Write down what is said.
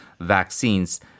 vaccines